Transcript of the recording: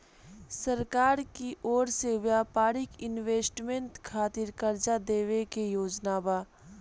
सरकार की ओर से व्यापारिक इन्वेस्टमेंट खातिर कार्जा देवे के योजना बा